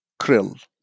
krill